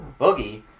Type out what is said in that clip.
Boogie